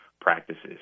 practices